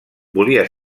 volia